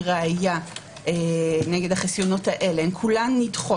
ראיה נגד החסיונות האלה - הן כולן נדחות.